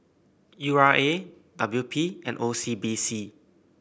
U R A W P and O C B C